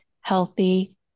healthy